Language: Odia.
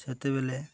ସେତେବେଳେ